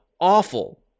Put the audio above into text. awful